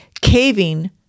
caving